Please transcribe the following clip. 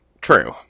True